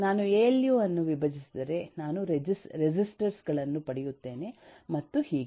ನಾನು ಎಎಲ್ಯು ಅನ್ನು ವಿಭಜಿಸಿದರೆ ನಾನು ರೆಸಿಸ್ಟರ್ಸ್ ಗಳನ್ನು ಪಡೆಯುತ್ತೇನೆ ಮತ್ತು ಹೀಗೆ